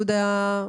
יהודה,